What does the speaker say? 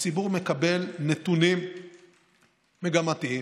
הציבור מקבל נתונים מגמתיים,